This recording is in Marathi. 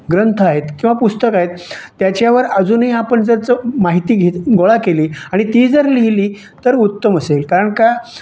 ग्रंथ आहेत किंवा पुस्तकं आहेत त्याच्यावर अजूनही आपण जर ज माहिती घे गोळा केली आणि ती जर लिहिली तर उत्तम असेल कारण का